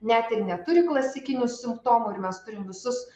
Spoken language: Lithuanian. net ir neturi klasikinių simptomų ir mes turim visus